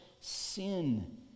sin